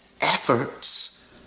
efforts